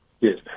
Yes